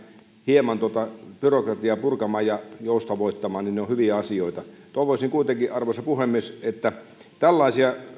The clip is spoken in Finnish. hieman tuota byrokratiaa purkamaan ja joustavoittamaan ovat hyviä asioita kuitenkin arvoisa puhemies tällaisia